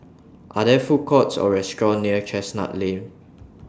Are There Food Courts Or restaurants near Chestnut Lane